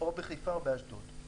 או בחיפה או באשדוד.